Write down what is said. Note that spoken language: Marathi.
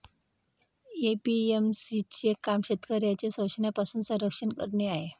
ए.पी.एम.सी चे काम शेतकऱ्यांचे शोषणापासून संरक्षण करणे आहे